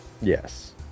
Yes